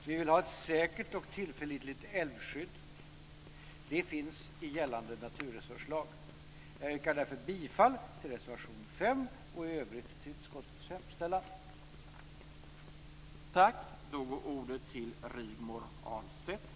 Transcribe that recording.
Vi vill ha ett säkert och tillförlitligt älvskydd. Det finns i gällande naturresurslag. Jag yrkar därför bifall till reservation 5 och i övrigt till utskottets hemställan.